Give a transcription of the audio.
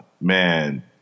man